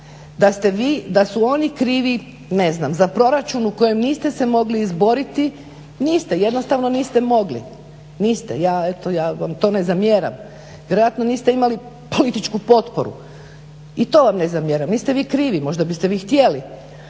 su oni krivi za ne znam, za proračun u kojem niste se mogli izboriti, niste, jednostavno niste mogli, niste, ja eto, ja vam to ne zamjeram. Vjerojatno niste imali političku potporu i to vam ne zamjeram. Niste vi krivi, možda biste vi hitjeli,